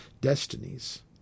destinies